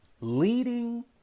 leading